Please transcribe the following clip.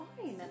fine